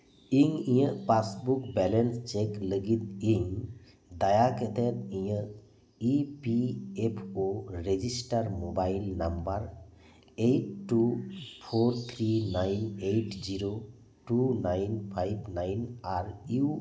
ᱤᱧ ᱤᱧᱟᱹᱜ passbook balance check ᱞᱟᱹᱜᱤᱫ ᱤᱧ ᱫᱟᱭᱟ ᱠᱮᱛᱮᱫ ᱤᱧᱟᱹᱜ E P F O register mobile number eight two four three by eight zero two nine five nine are U